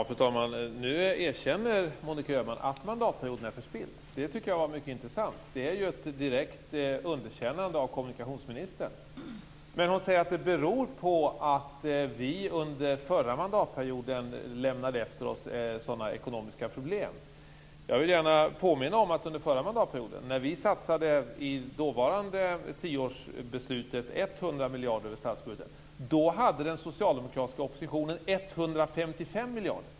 Fru talman! Nu erkänner Monica Öhman att mandatperioden är förspilld. Det tycker jag var mycket intressant. Det är ju ett direkt underkännande av kommunikationsministern. Samtidigt säger hon att det beror på att vi efter förra mandatperioden lämnade efter oss sådana ekonomiska problem. Jag vill gärna påminna om att när vi under förra mandatperioden i det dåvarande tioårsbeslutet satsade 100 miljarder över statsbudgeten hade den socialdemokratiska oppositionen 155 miljarder.